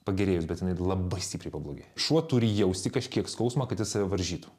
pagerėjus bet jinai labai stipriai pablogėja šuo turi jausti kažkiek skausmą kad jis save varžytų